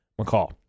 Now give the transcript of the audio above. McCall